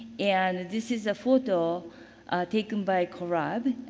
and this is a photo taken by korab.